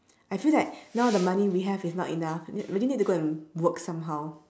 I feel that now the money we have is not enough we really need to go and work somehow